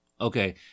Okay